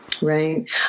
Right